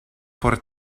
por